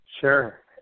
Sure